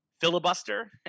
filibuster